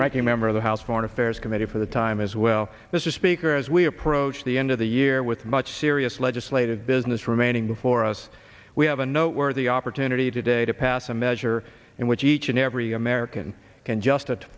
ranking member of the house foreign affairs committee for the time as well mr speaker as we approach the end of the year with much serious legislative business remaining before us we have a note worthy opportunity today to pass a measure in which each and every american c